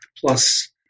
plus